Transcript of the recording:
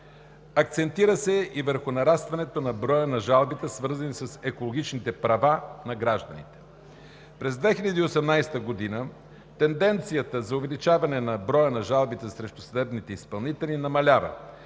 Акцентира се и върху нарастването на броя на жалбите, свързани с екологичните права на гражданите. През 2018 г. тенденцията за увеличаване на броя на жалбите срещу съдебни изпълнители намалява,